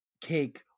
cake